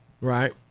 Right